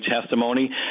testimony